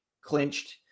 clinched